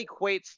equates